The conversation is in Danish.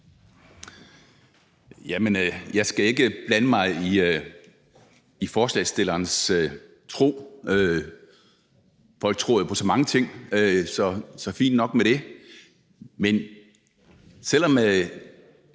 (EL): Jeg skal ikke blande mig i forslagsstillerens tro – folk tror jo på så mange ting, og det er fint nok. Nu er det vel